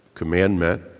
commandment